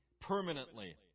permanently